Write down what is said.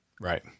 Right